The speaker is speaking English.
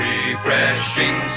Refreshing